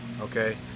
okay